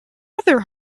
other